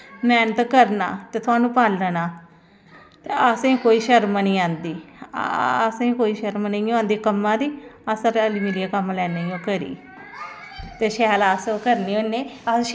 कदैं बडलै जारां बज़े औंदा ते उसलै निकली जंदे अपनै मीटिगैं पर पटवारी मीटिगैं पर मतलव ऐ जिमीदारें दी इन्नी खज्जल खराबी ऐ साढ़े जम्मू कश्मीर बिच्च के कोई कम्म होंदा गै नी ऐ